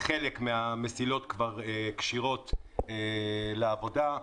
חלק מהמסילות כבר כשירות לעבודה.